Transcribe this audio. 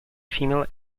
female